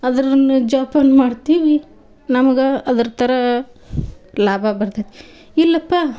ಅದರನ್ನು ಜೋಪಾನ ಮಾಡ್ತೀವಿ ನಮ್ಗೆ ಅದ್ರ ಥರ ಲಾಭ ಬರ್ತೈತಿ ಇಲ್ಲಪ್ಪ